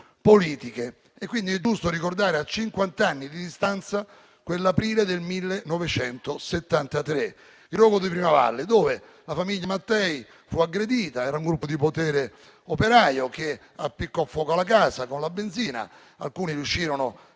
politiche. Quindi è giusto ricordare, a cinquant'anni di distanza, quell'aprile del 1973 e il rogo di Primavalle, in cui la famiglia Mattei fu aggredita. Era un gruppo di Potere operaio che appiccò fuoco alla casa, con la benzina. Alcuni riuscirono